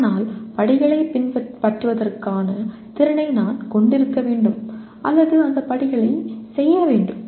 ஆனால் படிகளைப் பின்பற்றுவதற்கான திறனை நான் கொண்டிருக்க வேண்டும் அல்லது அந்த படிகளைச் செய்ய வேண்டும்